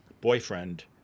boyfriend